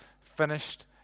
finished